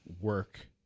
work